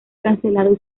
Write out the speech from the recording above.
cancelado